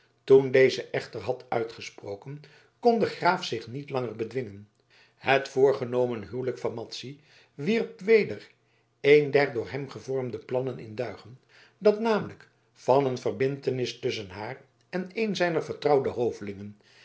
toen deze echter had uitgesproken kon de graaf zich niet langer bedwingen het voorgenomen huwelijk van madzy wierp weder een der door hem gevormde plannen in duigen dat namelijk van een verbintenis tusschen haar en een zijner vertrouwde hovelingen